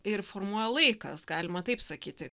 ir formuoja laikas galima taip sakyti